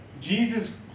Jesus